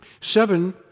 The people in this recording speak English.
Seven